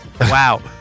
Wow